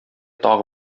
тагы